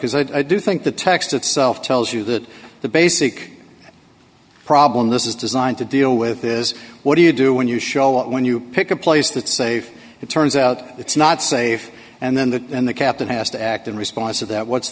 because i do think the text itself tells you that the basic problem this is designed to deal with is what do you do when you show up when you pick a place that safe it turns out it's not safe and then the and the captain has to act in response to that what's